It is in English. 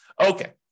Okay